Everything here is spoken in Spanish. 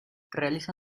realiza